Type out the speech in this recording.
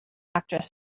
actress